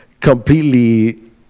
completely